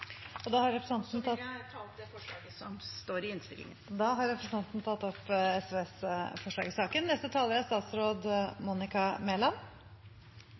virkelig. Da vil jeg ta opp forslaget som står i innstillingen, og som SV er medforslagsstiller til. Da har representanten Karin Andersen tatt opp